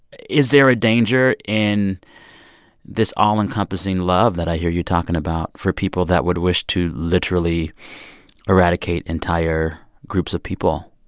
is there a danger in this all-encompassing love that i hear you're talking about for people that would wish to literally eradicate entire groups of people?